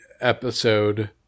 episode